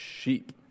sheep